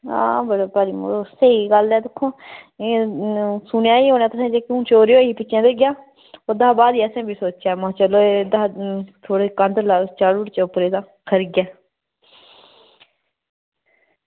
आं स्हेई गल्ल ऐ दिक्खो आं ते सुनेआ बी होना कि चोरी होई पिच्छें जेहा ते ओह्दे कशा बाद च भी असें सोचेआ एह् में हा थोह्ड़ी कन्ध चाढ़ी ओड़चै उप्परै ई तां खरी ऐ